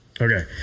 Okay